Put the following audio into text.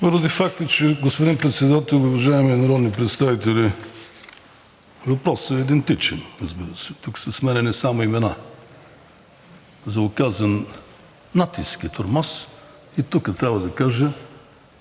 РАШКОВ: Господин Председател, уважаеми народни представители, въпросът е идентичен, разбира се, тук са сменяни само имена за оказан натиск и тормоз. Трябва да кажа,